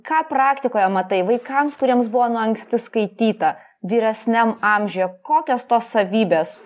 ką praktikoje matai vaikams kuriems buvo nuo anksti skaityta vyresniam amžiuje kokios tos savybės